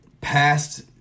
past